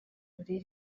muri